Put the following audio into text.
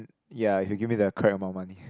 ya if you give me the correct amount of money